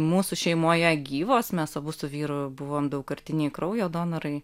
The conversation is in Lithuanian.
mūsų šeimoje gyvos mes abu su vyru buvom daugkartiniai kraujo donorai